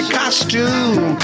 costume